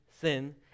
sin